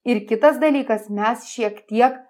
ir kitas dalykas mes šiek tiek